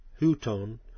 huton